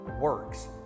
works